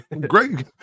Great